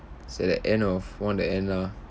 it's at the end of one of the end lah